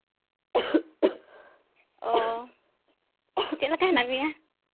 ᱚ ᱪᱮᱫᱞᱮᱠᱟ ᱦᱮᱱᱟᱜ ᱢᱮᱭᱟ